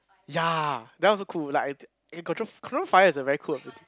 ya that one also cool like I d~ control control fire is a very cool